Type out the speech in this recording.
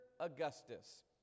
Augustus